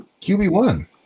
QB1